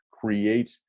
create